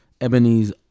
Ebony's